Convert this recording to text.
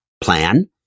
plan